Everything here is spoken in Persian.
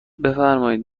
بفرمایید